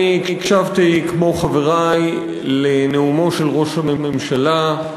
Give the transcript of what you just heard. כמו חברי הקשבתי לנאומו של ראש הממשלה,